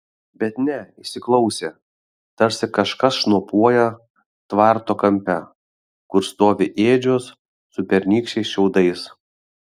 bet ne įsiklausė tarsi kažkas šnopuoja tvarto kampe kur stovi ėdžios su pernykščiais šiaudais